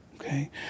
Okay